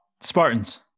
Spartans